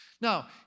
Now